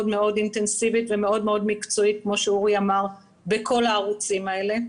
אינטנסיבית ומאוד מאוד מקצועית כמו שאורי אמר בכל הערוצים האלה.